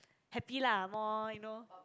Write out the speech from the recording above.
happy lah more you know